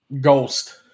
Ghost